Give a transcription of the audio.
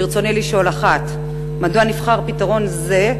ברצוני לשאול: 1. מדוע נבחר פתרון זה,